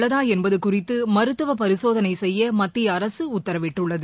உள்ளதா என்பது குறித்து மருத்துவ பரிசோதனை செய்ய மத்திய அரசு உத்தரவிட்டுள்ளது